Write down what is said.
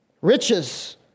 Riches